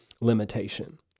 limitation